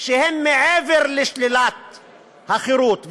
שהן מעבר לשלילת החירות,